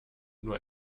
nur